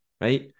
right